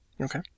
Okay